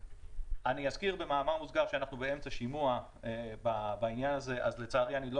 אני אזכיר במאמר מוסגר שאנחנו באמצע שימוע בעניין הזה כך שלצערי אני לא